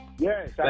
Yes